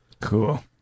cool